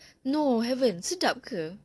no haven't sedap ke